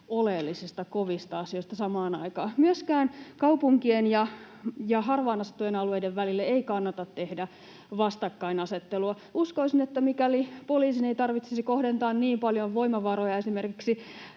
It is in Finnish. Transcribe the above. oleellisista kovista asioista samaan aikaan. Myöskään kaupunkien ja harvaan asuttujen alueiden välille ei kannata tehdä vastakkainasettelua. Uskoisin, että mikäli poliisin ei tarvitsisi kohdentaa niin paljon voimavaroja esimerkiksi